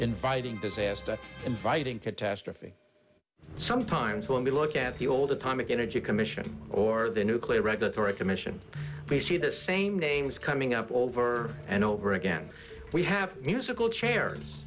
inviting disaster inviting catastrophe sometimes when we look at the old atomic energy commission or the nuclear regulatory commission they see the same games coming up over and over again we have musical chairs